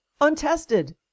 untested